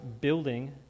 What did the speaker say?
building